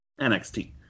NXT